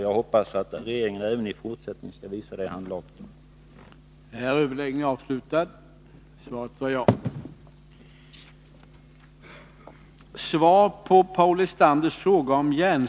Jag hoppas att regeringen även i fortsättningen skall visa att den har ett sådant handlag.